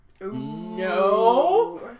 No